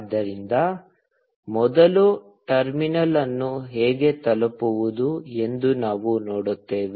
ಆದ್ದರಿಂದ ಮೊದಲು ಟರ್ಮಿನಲ್ ಅನ್ನು ಹೇಗೆ ತಲುಪುವುದು ಎಂದು ನಾವು ನೋಡುತ್ತೇವೆ